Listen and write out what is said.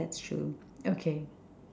that's true okay